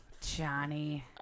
Johnny